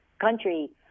country